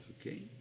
Okay